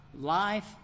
life